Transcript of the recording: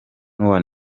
n’uwa